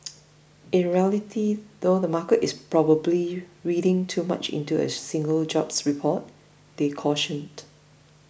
in reality though the market is probably reading too much into a single jobs report they cautioned